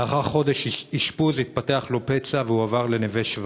לאחר חודש אשפוז התפתח לו פצע והוא הועבר ל"נווה שבא".